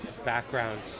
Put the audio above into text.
Background